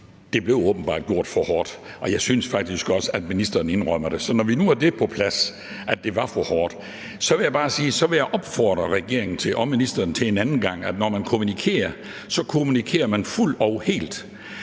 at det åbenbart blev gjort for hårdt, og jeg synes faktisk også, at ministeren indrømmer det. Så når vi nu har det på plads, altså at det var for hårdt, vil jeg bare sige, at jeg så vil opfordre regeringen og ministeren til en anden gang, når man kommunikerer, at kommunikere fuldt og helt.